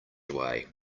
away